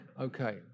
Okay